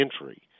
entry